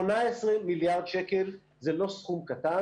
18 מיליארד שקל זה לא סכום קטן.